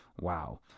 wow